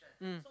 mm